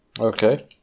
Okay